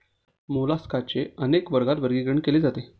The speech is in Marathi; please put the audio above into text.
मोलास्काचे अनेक वर्गात वर्गीकरण केले जाते